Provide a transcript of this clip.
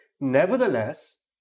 nevertheless